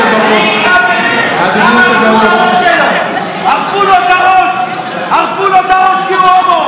בזה, ערפו לו את הראש כי הוא הומו.